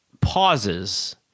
pauses